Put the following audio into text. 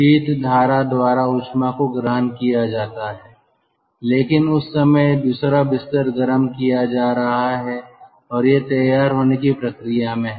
शीत धारा द्वारा ऊष्मा को ग्रहण किया जाता है लेकिन उस समय दूसरा बिस्तर गर्म किया जा रहा है और यह तैयार होने की प्रक्रिया में है